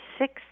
six